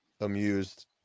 amused